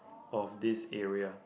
of this area